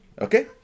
Okay